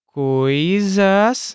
coisas